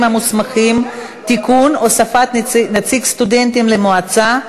המוסמכים (תיקון) (הוספת נציג סטודנטים למועצה),